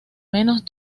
menos